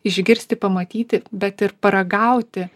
išgirsti pamatyti bet ir paragauti